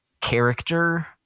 character